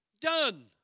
Done